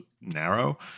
narrow